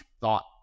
thought